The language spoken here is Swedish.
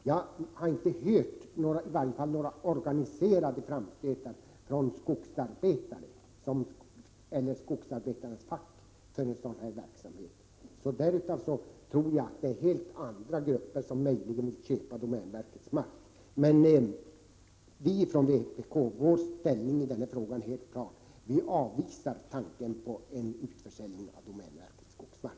Jag har inte hört några organiserade framstötar från skogsarbetare eller från skogsarbetarnas fack för en sådan här verksamhet. Därför tror jag att det är helt andra grupper som möjligen vill köpa domänverkets mark. Från vpk:s sida är vår inställning i denna fråga helt klar: Vi avvisar helt tanken på en utförsäljning av domänverkets skogsmark.